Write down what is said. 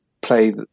play